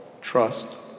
trust